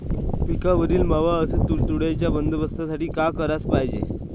पिकावरील मावा अस तुडतुड्याइच्या बंदोबस्तासाठी का कराच पायजे?